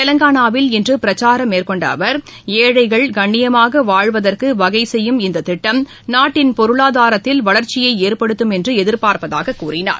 தெலங்கானாவில் இன்றுபிரச்சாரம் மேற்கொண்டஅவர் ஏழைகள் கண்ணியமாகவாழ்வதற்குவகைசெய்யும் இந்ததிட்டம் பொருளாதாரத்தில் நாட்டின் வள்ச்சியைஏற்படுத்தும் என்றுஎதிர்பார்ப்பதாகக் கூறினார்